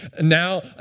now